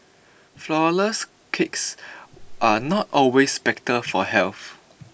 Flourless Cakes are not always better for health